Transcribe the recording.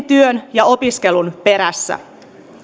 työn ja opiskelun perässä